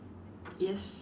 yes